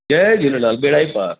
जय झूलेलाल बेड़ा ही पार